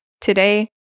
Today